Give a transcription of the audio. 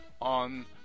on